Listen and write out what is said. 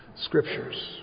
scriptures